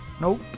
Nope